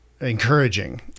encouraging